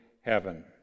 heaven